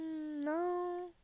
no